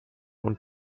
und